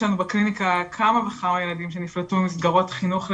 יש לנו בקליניקה כמה וכמה ילדים שנפלטו ממסגרות חינוך למיניהן.